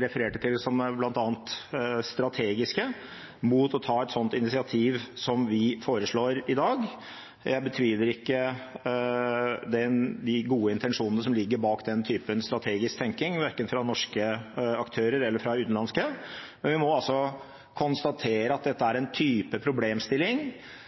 refererte til, bl.a. strategiske, mot å ta et initiativ som vi foreslår i dag. Jeg betviler ikke de gode intensjonene som ligger bak den typen strategisk tenkning, verken fra norske aktører eller fra utenlandske, men vi må konstatere at dette er